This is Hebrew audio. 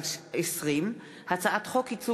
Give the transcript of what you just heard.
פ/1447/20 וכלה בהצעת חוק פ/1544/20,